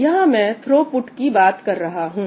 यहां मैं थ्रूपुट की बात कर रहा हूं